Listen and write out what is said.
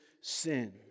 sin